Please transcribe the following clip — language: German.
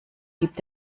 gibt